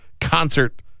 concert